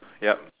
yup